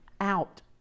out